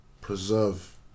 preserve